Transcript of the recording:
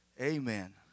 Amen